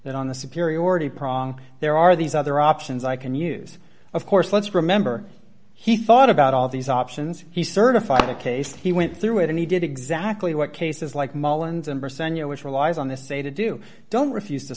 that on the superiority prong there are these other options i can use of course let's remember he thought about all these options he certified the case he went through it and he did exactly what cases like mullens and percent which relies on this say to do don't refuse to